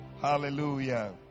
Hallelujah